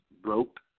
broke